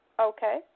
Okay